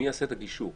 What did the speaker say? מי יעשה את הגישור?